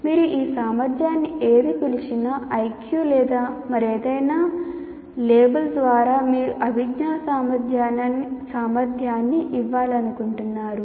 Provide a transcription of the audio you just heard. మీరు ఈ సామర్థ్యాన్ని ఏది పిలిచినా ఐక్యూ లేదా మరేదైనా లేబుల్ ద్వారా మీరు అభిజ్ఞా సామర్థ్యాన్ని ఇవ్వాలనుకుంటున్నారు